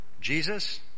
Jesus